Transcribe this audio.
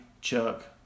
Chuck